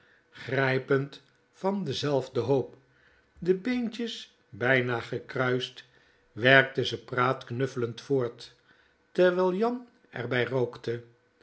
grijpend van denzelfden hoop de beentjes bijna gekruist werkten ze praat knufflend voort terwijl jan r bij rookte